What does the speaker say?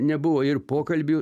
nebuvo ir pokalbių